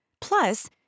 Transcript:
Plus